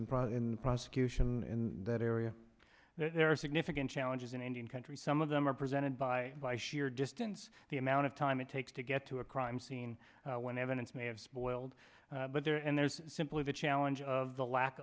the prosecution in that area there are significant challenges in indian country some of them are presented by by sheer distance the amount of time it takes to get to a crime scene when evidence may have spoiled but there and there's simply the challenge of the lack